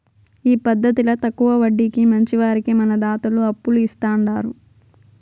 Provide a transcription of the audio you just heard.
ఈ పద్దతిల తక్కవ వడ్డీకి మంచివారికి మన దాతలు అప్పులు ఇస్తాండారు